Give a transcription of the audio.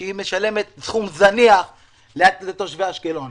שמשלמת סכום זניח לתושבי אשקלון.